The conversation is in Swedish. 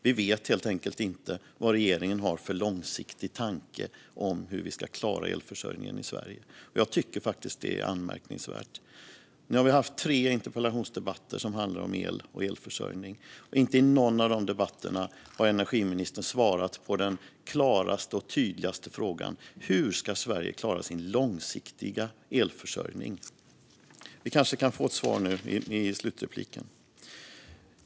Vi vet helt enkelt inte vilken långsiktig tanke som regeringen har om hur vi ska klara elförsörjningen i Sverige. Jag tycker att det är anmärkningsvärt. Vi har nu haft tre interpellationsdebatter som handlat om el och elförsörjning. Inte i någon av debatterna har energiministern svarat på den klaraste och tydligaste frågan: Hur ska Sverige klara sin långsiktiga elförsörjning? Vi kan kanske få ett svar i slutanförandet.